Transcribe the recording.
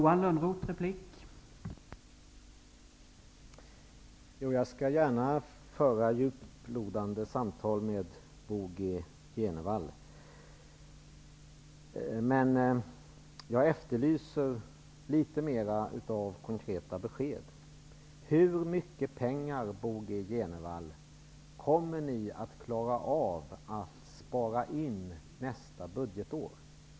Herr talman! Jag skall gärna föra djuplodande samtal med Bo G Jenevall, men jag efterlyser litet mer av konkreta besked. Hur mycket pengar, Bo G Jenevall, kommer ni att klara av att spara in nästa budgetår?